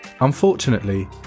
Unfortunately